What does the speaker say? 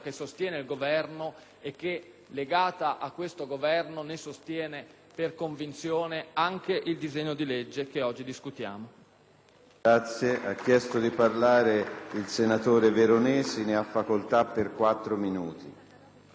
legata a questo Governo, ne sostiene con convinzione anche il disegno di legge che oggi discutiamo.